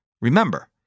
Remember